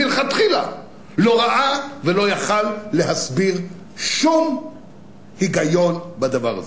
מלכתחילה לא ראה ולא יכול להסביר שום היגיון בדבר הזה.